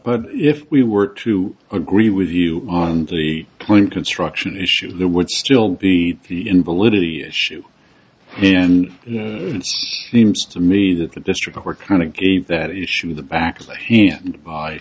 but if we were to agree with you on the point construction issue there would still be the invalidity issue and it seems to me that the district court kind of gave that issue the back of the hand by